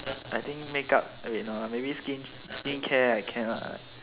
I think make up oh wait no lah maybe skincare I cannot